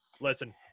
listen